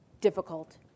difficult